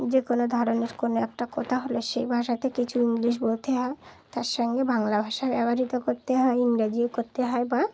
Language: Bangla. যে কোনো ধরনের কোনো একটা কথা হল সেই ভাষাতে কিছু ইংলিশ বলতে হয় তার সঙ্গে বাংলা ভাষা ব্যবহৃত করতে হয় ইংরাজিও করতে হয় বা